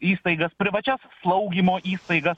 įstaigas privačias slaugymo įstaigas